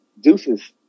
deuces